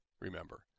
remember